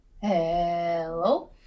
hello